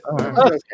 okay